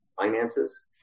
Finances